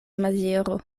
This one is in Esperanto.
maziero